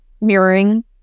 mirroring